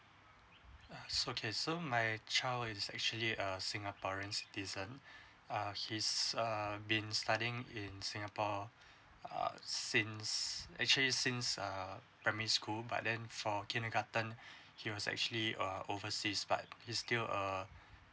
uh so okay so my child is actually err singaporeans citizen uh his uh been studying in singapore uh since actually since uh primary school but then for kindergarten he was actually a overseas but he still err